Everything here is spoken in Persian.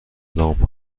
لامپ